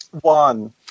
One